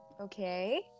okay